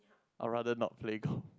I rather not play golf